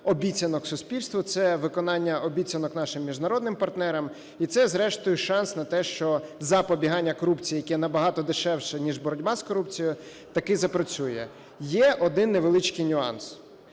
обіцянок суспільству, це виконання обіцянок нашим міжнародним партнерам, і це зрештою шанс на те, що запобігання корупції, яке набагато дешевше, ніж боротьба з корупцією, таки запрацює. Є один невеличкий нюанс.